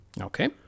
Okay